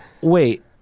wait